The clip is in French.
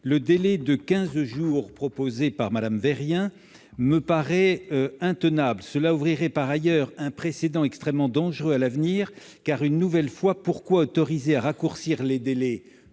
Le délai de quinze jours proposé par Mme Vérien me paraît intenable. Cela créerait par ailleurs un précédent extrêmement dangereux à l'avenir : en effet, pourquoi autoriser à raccourcir les délais